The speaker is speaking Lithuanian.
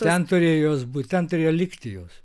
ten turėjo jos būt ten turėjo likti jos